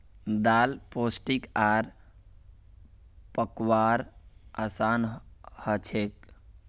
दाल पोष्टिक आर पकव्वार असान हछेक